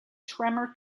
tremor